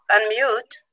Unmute